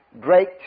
great